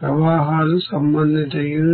ప్రవాహాలు సంబంధిత యూనిట్లు